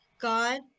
God